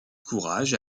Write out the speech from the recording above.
courage